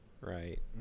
right